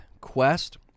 quest